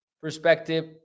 perspective